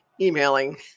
emailing